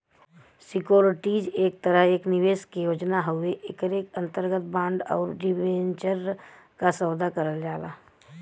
securities एक तरह एक निवेश के योजना हउवे एकरे अंतर्गत बांड आउर डिबेंचर क सौदा करल जाला